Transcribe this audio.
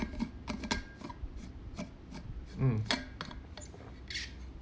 mm